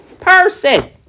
person